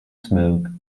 smoke